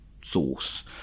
source